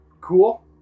cool